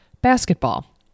basketball